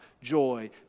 joy